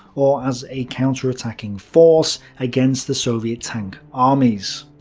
or as a counter-attacking force, against the soviet tank armies.